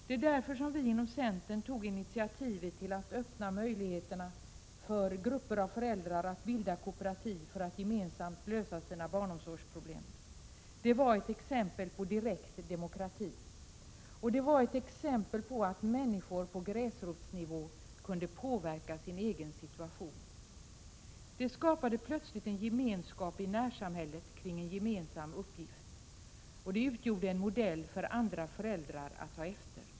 Det är därför som vi inom centern tog initiativet till att öppna möjligheterna för grupper av föräldrar att bilda kooperativ för att gemensamt lösa sina barnomsorgsproblem. Det var ett exempel på direkt demokrati, och det var ett exempel på att människor på gräsrotsnivå kunde påverka sin egen situation. Det skapade plötsligt en gemenskap i närsamhället kring en gemensam uppgift, och det utgjorde en modell för andra föräldrar att ta efter.